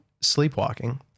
sleepwalking